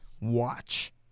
watch